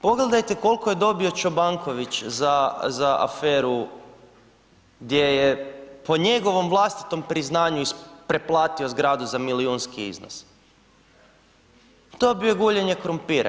Pogledajte koliko je dobio Čobanković za aferu gdje je po njegovom vlastitom priznanju preplatio zgradu za milijunski iznos, dobio guljenje krumpira.